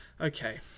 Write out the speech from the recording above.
okay